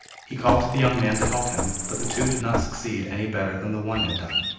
he called to the young man to help him, but the two did not succeed any better than the one had done.